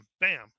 Bam